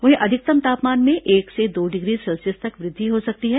वहीं अधिकतम तापमान में एक से दो डिग्री सेल्सियस तक वृद्धि हो सकती है